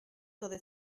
oeddet